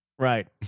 Right